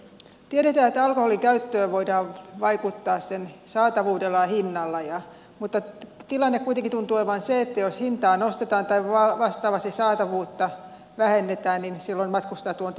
tiedetään että alkoholin käyttöön voidaan vaikuttaa sen saatavuudella ja hinnalla mutta tilanne kuitenkin tuntuu olevan se että jos hintaa nostetaan tai vastaavasti saatavuutta vähennetään niin silloin matkustajatuonti virosta lisääntyy